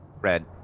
Red